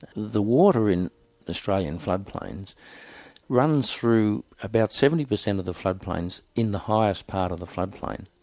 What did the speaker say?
the the water in australian floodplains runs through about seventy percent of the floodplains in the highest part of the floodplain.